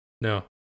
No